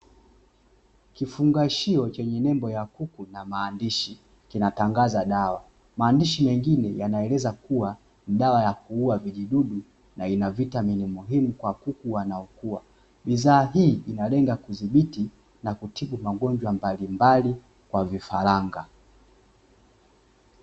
kifungachio chenye nembo ya kuku na maandishi, kinatangaza dawa, maandishi mengine yanaeleza kuwa ni dawa ya kuua vijidudu na ina vitamini muhimu kwa kuku wanaokuwa, bidhaa hii inalenga kudhibiti na kutibu magonjwa mbalimbali kwa vifaranga.